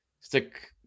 stick